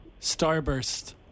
Starburst